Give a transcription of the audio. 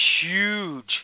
huge